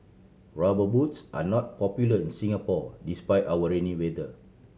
Rubber Boots are not popular in Singapore despite our rainy weather